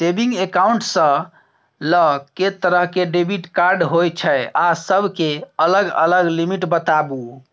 Saving accounts ल के तरह के डेबिट कार्ड होय छै आ सब के अलग अलग लिमिट बताबू?